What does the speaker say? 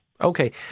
Okay